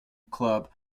club